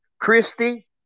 Christy